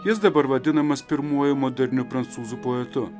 jis dabar vadinamas pirmuoju moderniu prancūzų poetu